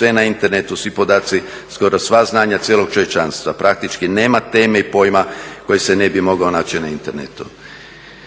je na internetu, svi podaci, skoro sva znanja cijelog čovječanstva, praktički nema teme i pojma koji se ne bi mogao naći na internetu.